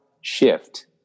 shift